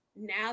Now